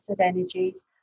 energies